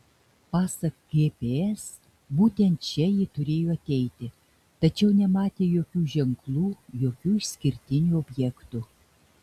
pasak gps būtent čia ji turėjo ateiti tačiau nematė jokių ženklų jokių išskirtinių objektų